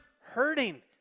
hurting